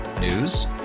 News